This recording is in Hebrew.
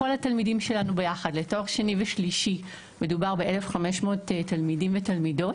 כל התלמידים שלנו יחד לתואר שני ושלישי מונים כ-1,500 תלמידים ותלמידות,